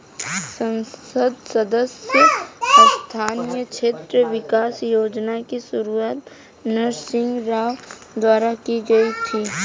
संसद सदस्य स्थानीय क्षेत्र विकास योजना की शुरुआत नरसिंह राव द्वारा की गई थी